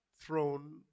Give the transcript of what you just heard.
throne